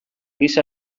giza